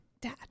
dad